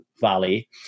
valley